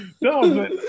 No